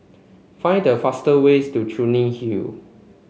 find the fast ways to Clunny Hill